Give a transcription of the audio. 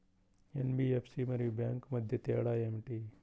NBFC మరియు bank మధ్య తేడా ఏమిటి?